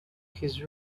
his